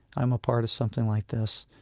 i'm a part of something like this,